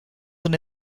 than